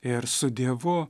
ir su dievu